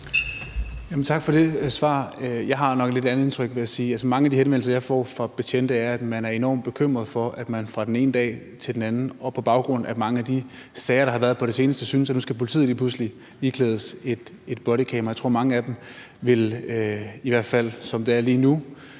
Tak for det svar. Jeg har nok et lidt andet indtryk, vil jeg sige. Mange af de henvendelser, jeg får fra betjente, er, at man er enormt bekymret for, at man fra den ene dag til den anden og på baggrund af mange af de sager, der har været på det seneste, synes, at politiet nu lige pludselig skal iklædes et bodycam. Jeg tror, at mange af dem – i hvert fald som det er lige nu